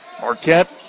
Marquette